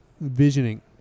visioning